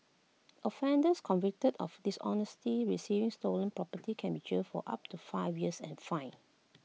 offenders convicted of dishonestly receiving stolen property can be jailed for up to five years and fined